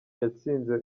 yatsinze